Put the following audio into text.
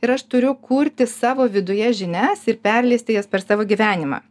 ir aš turiu kurti savo viduje žinias ir perleisti jas per savo gyvenimą